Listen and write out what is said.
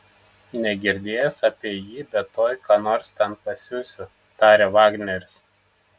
negirdėjęs apie jį bet tuoj ką nors ten pasiųsiu tarė vagneris